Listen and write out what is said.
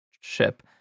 ship